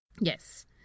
Yes